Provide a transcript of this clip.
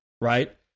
right